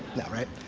no, right?